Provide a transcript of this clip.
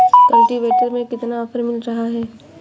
Cultivator में कितना offer मिल रहा है?